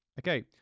Okay